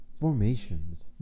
formations